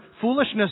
foolishness